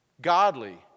Godly